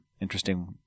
interesting